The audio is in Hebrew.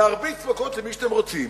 להרביץ מכות למי שאתם רוצים,